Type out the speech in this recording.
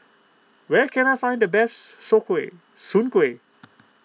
where can I find the best Soon Kway Soon Kway